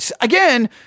Again